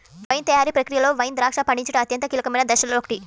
wine తయారీ ప్రక్రియలో wine ద్రాక్ష పండించడం అత్యంత కీలకమైన దశలలో ఒకటి